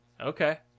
Okay